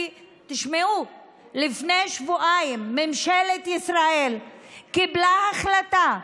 כי לפני שבועיים ממשלת ישראל קיבלה החלטה,